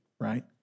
right